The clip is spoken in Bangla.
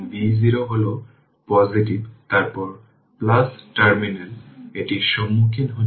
এটি t 0 এর জন্য iL1 t iL2 t iL2 এবং i3t t 0 এ সুইচ ওপেন হয় তার মানে এই সময়ে সুইচ খুলেছে